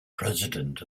president